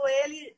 ele